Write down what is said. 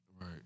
Right